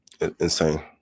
insane